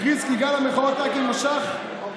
הכריז כי גל המחאות רק יימשך ויתגבר.